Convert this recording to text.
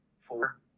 four